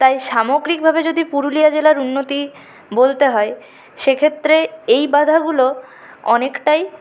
তাই সামগ্রিকভাবে যদি পুরুলিয়া জেলার উন্নতি বলতে হয় সেক্ষেত্রে এই বাঁধাগুলো অনেকটাই